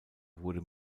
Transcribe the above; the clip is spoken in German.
wurde